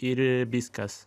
ir viskas